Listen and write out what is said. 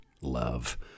love